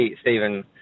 Stephen